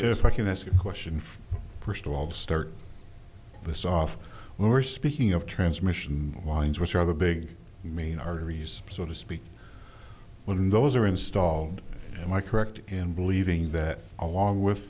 if i can ask a question first of all to start this off we were speaking of transmission lines which are the big main arteries so to speak when those are installed and i correct in believing that along with